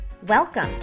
Welcome